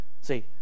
see